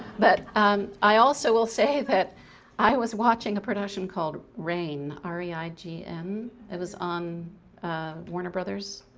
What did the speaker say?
but um i also will say that i was watching a production called reign, r e i g n, it was on warner brothers